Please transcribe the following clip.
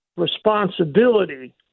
responsibility